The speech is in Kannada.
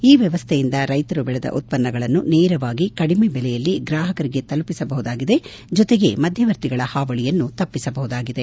ಈ ವ್ಯವಸ್ಥೆಯಿಂದ ರೈಶರು ಬೆಳೆದ ಉತ್ತನ್ನಗಳನ್ನು ನೇರವಾಗಿ ಕಡಿಮೆ ಬೆಲೆಯಲ್ಲಿ ಗ್ರಾಹಕರಿಗೆ ತಲುಪಿಸಬಹುದಾಗಿದೆ ಜೊತೆಗೆ ಮಧ್ಯವರ್ತಿಗಳ ಹಾವಳಿಯನ್ನೂ ತಪ್ಪಿಸಬಹುದಾಗಿದೆ